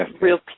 real